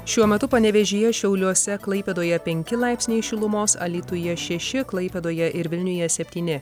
šiuo metu panevėžyje šiauliuose klaipėdoje penki laipsniai šilumos alytuje šeši klaipėdoje ir vilniuje septyni